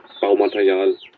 Baumaterial